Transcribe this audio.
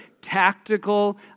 tactical